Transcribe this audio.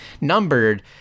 numbered